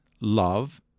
love